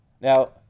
Now